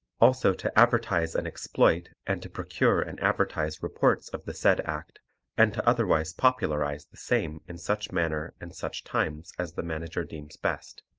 also to advertise and exploit and to procure and advertise reports of the said act and to otherwise popularize the same in such manner and such times as the manager deems best.